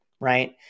Right